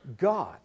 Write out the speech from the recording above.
God